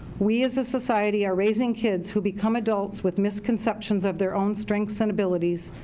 we as a society are raising kids who become adults with misconceptions of their own strengths and abilities,